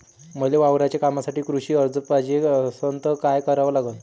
मले वावराच्या कामासाठी कृषी कर्ज पायजे असनं त काय कराव लागन?